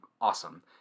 awesome